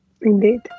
indeed